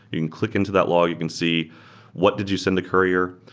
you can click into that log. you can see what did you send to courier.